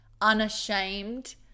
Unashamed